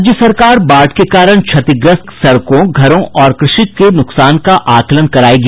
राज्य सरकार बाढ़ के कारण क्षतिग्रस्त हुए सड़कों घरों और कृषि नुकसान का आकलन करायेगी